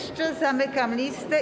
Zamykam listę.